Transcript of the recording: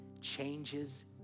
changes